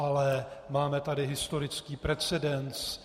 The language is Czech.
Ale máme tady historický precedens.